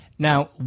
Now